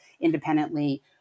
independently